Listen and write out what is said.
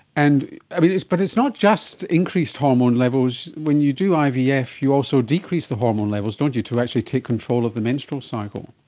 and but it's not just increased hormone levels. when you do ivf yeah you also decrease the hormone levels, don't you, to actually take control of the menstrual cycle.